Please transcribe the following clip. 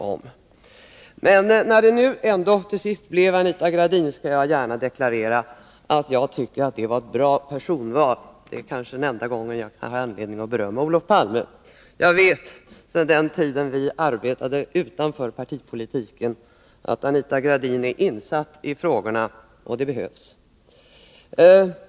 När det till sist blev Anita Gradin skall jag gärna deklarera att jag tycker att det var ett bra personval. Det är kanske den enda gången jag har anledning att berömma Olof Palme. Jag vet sedan den tiden vi arbetade utanför partipolitiken att Anita Gradin är insatt i frågorna, och det behövs.